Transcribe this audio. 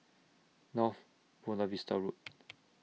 North Buona Vista Road